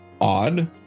odd